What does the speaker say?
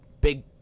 big